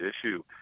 issue—